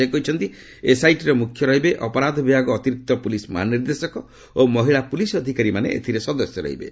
ସେ କହିଛନ୍ତି ଏସ୍ଆଇଟିର ମୁଖ୍ୟ ରହିବେ ଅପରାଧ ବିଭାଗ ଅତିରିକ୍ତ ପୁଲିସ୍ ମହାନିର୍ଦ୍ଦେଶକ ଓ ମହିଳା ପୁଲିସ୍ ଅଧିକାରୀମାନେ ଏଥିରେ ସଦସ୍ୟ ରହିବେ